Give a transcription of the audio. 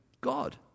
God